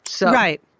Right